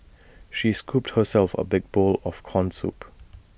she scooped herself A big bowl of Corn Soup